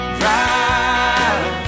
drive